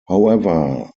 however